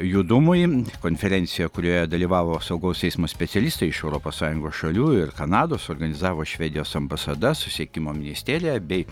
judumui konferencija kurioje dalyvavo saugaus eismo specialistai iš europos sąjungos šalių ir kanados organizavo švedijos ambasada susisiekimo ministerija bei